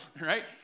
right